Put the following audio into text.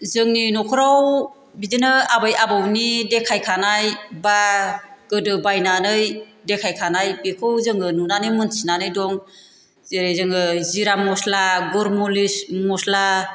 जोंनि नखराव बिदिनो आबै आबौनि देखायखानाय बा गोदो बायनानै देखायखानाय बेखौ जोङो नुनानै मोन्थिनानै दं जेरै जोङो जिरा मस्ला गुरमुलिस मस्ला